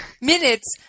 minutes